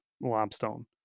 limestone